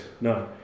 No